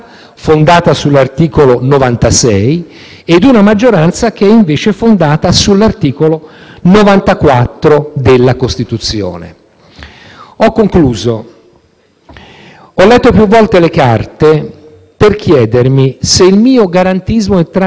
94 della Costituzione. Ho concluso. Ho letto più volte le carte, per chiedermi se il mio garantismo entrasse in conflitto con il voto a favore sulla concessione dell'autorizzazione a procedere.